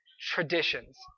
traditions